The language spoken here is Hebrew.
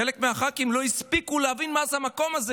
חלק מהח"כים לא הספיקו להבין מה המקום הזה,